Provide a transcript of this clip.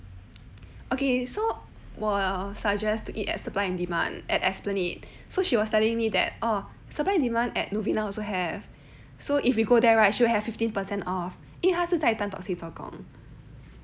okay so 我 suggest to eat at supply and demand at esplanade so she was telling me that orh supply and demand at novena also have so if we go there right she would have fifteen percent off 因为他是在 tan tock seng 做工